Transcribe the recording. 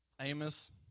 Amos